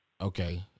okay